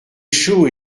chaud